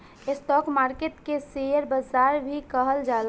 stock market के share बाजार भी कहल जाला